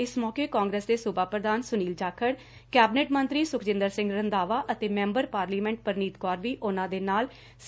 ਇਸ ਮੌਕੇ ਕਾਂਗਰਸ ਦੇ ਸੁਬਾ ਪ੍ਰਧਾਨ ਸੁਨੀਲ ਜਾਖੜ ਕੈਬਨਿਟ ਮੰਤਰੀ ਸੁਖਜਿੰਦਰ ਸਿੰਘ ਰੰਧਾਵਾ ਅਤੇ ਮੈਂਬਰ ਪਾਰਲੀਮੈਟ ਪਰਨੀਤ ਕੌਰ ਵੀ ਉਹਨਾ ਦੇ ਨਾਲ ਸੀ